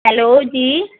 hello جی